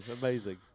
Amazing